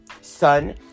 Son